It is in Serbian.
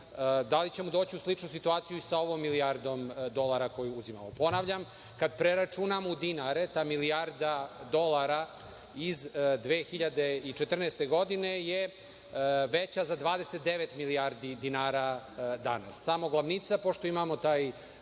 da li ćemo doći u sličnu situaciju i sa ovom milijardom dolara koju uzimamo? Ponavljam, kada preračunamo u dinare, ta milijarda dolara iz 2014. godine je veća za 29 milijardi dinara danas, samo glavnica, pošto imamo taj